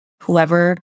Whoever